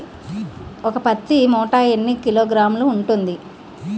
ఒక పత్తి మూట ఎన్ని కిలోగ్రాములు ఉంటుంది?